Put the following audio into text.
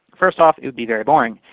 first off, it would be very boring.